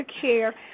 care